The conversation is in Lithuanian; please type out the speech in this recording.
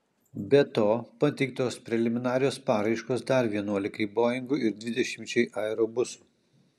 be to pateiktos preliminarios paraiškos dar vienuolikai boingų ir dvidešimčiai aerobusų